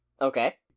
okay